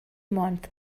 months